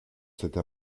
cette